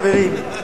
חברים,